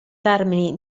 termini